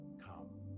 come